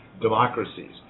democracies